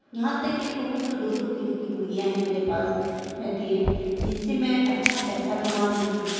یہاں تک یہ کہوں تو دو دو کلو کی مرغیاں ہیں میرے پاس رہتی ہیں جن سے میں اچھا پیسہ کما رہی ہوں